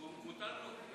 מותר לו.